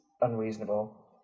unreasonable